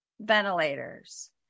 Ventilators